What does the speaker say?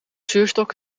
zuurstok